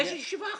יש ישיבה עכשיו.